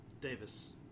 Davis